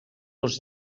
els